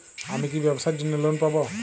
আমি কি ব্যবসার জন্য লোন পাব?